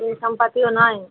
টিউশানপাতিও নাই